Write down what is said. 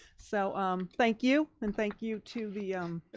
so um thank you, and thank you to the